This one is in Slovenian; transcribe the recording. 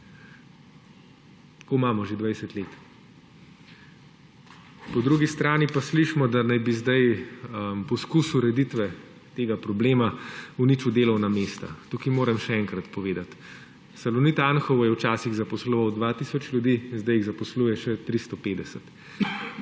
Tako imamo že 20 let. Po drugi strani pa slišimo, da naj bi zdaj poskus ureditve tega problema uničil delovna mesta. Tukaj moram še enkrat povedati, Salonit Anhovo je včasih zaposloval dva tisoč ljudi, zdaj jih zaposluje še 350.